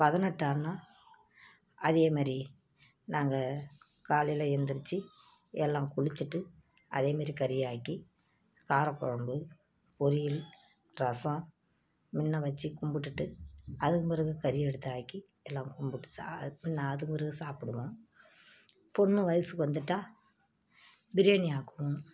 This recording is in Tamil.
பதினெட்டானா அதே மாதிரி நாங்கள் காலையில எழுந்திரிச்சி எல்லாம் குளிச்சுட்டு அதே மாதிரி கறியை ஆக்கி கார குழம்பு பொரியல் ரசம் முன்ன வச்சு கும்பிட்டுட்டு அதன் பிறகு கறியை எடுத்து ஆக்கி எல்லாம் கும்பிட்டு சா அது அது ஒரு சாப்பிடுவோம் பொண்ணு வயசுக்கு வந்துட்டால் பிரியாணி ஆக்குவோம்